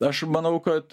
aš manau kad